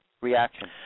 reaction